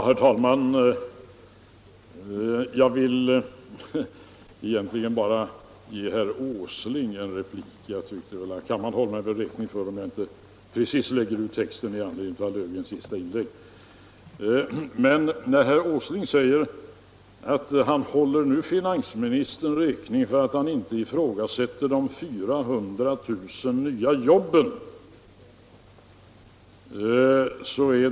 Herr talman! Jag vill närmast ge herr Åsling en replik. Kammaren håller mig säkert räkning för att jag inte lägger ut texten med anledning av herr Löfgrens senaste inlägg. Herr Åsling sade att han höll finansministern räkning för att han nu inte ifrågasätter de 400 000 nya jobben.